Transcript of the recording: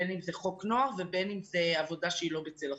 בין אם זה חוק נוער ובין אם זאת עבודה שהיא לא בצל החוק.